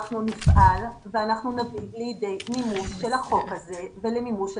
אנחנו נפעל ואנחנו נביא למימוש של החוק הזה ולמימוש התקנות.